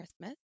Christmas